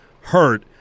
hurt